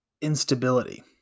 instability